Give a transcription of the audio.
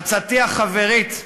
עצתי החברית,